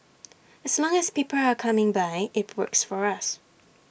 as long as people are coming by IT works for us